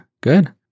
good